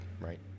Right